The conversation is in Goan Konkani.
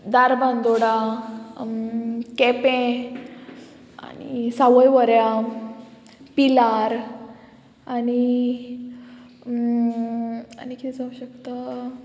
धारबांदोडा केपें आनी सावयवऱ्यां पिलार आनी आनी कितें जावं शकता